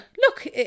look